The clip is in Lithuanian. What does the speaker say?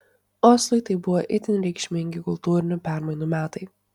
oslui tai buvo itin reikšmingi kultūrinių permainų metai